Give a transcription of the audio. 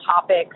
topics